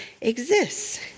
exists